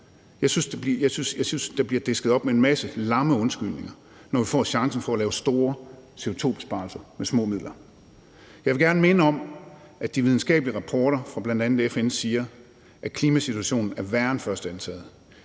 nemlig politikerne, disker op med en masse lamme undskyldninger, når der er en chance for at lave store CO2-besparelser med små midler. Jeg vil gerne minde om, at de videnskabelige rapporter fra bl.a. FN siger, at klimasituationen er værre end først antaget.